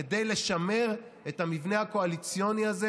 כדי לשמר את המבנה הקואליציוני הזה,